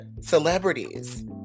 celebrities